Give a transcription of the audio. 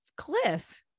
cliff